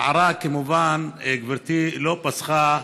הסערה כמובן גברתי לא פסחה